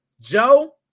Joe